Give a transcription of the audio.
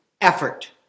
effort